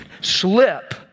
slip